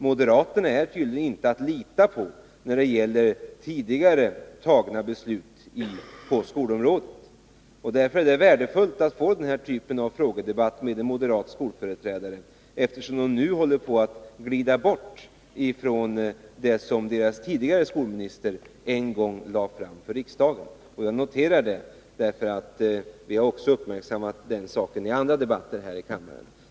Moderaterna är tydligen inte att lita på när det gäller tidigare fattade beslut på skolområdet. Det är värdefullt att få den här typen av frågor och svar i debatten med en moderat skolföreträdare, eftersom moderaterna nu håller på att glida bort ifrån det som deras tidigare skolminister en gång lade fram för riksdagen. Jag noterar detta. Vi har uppmärksammat den saken också i andra debatter här i kammaren.